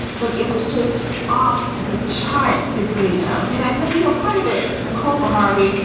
like it was just off the charts between them. and i you know, part of it is nicole beharie.